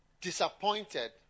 disappointed